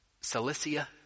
Cilicia